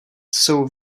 jsou